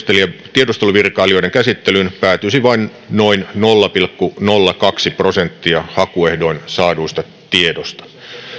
tiedusteluvirkailijoiden käsittelyyn päätyisi vain noin nolla pilkku nolla kaksi prosenttia hakuehdoin saadusta tiedosta